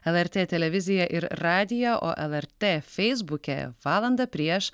lrt televiziją ir radiją o lrt feisbuke valandą prieš